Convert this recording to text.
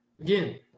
again